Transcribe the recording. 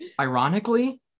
ironically